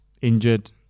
injured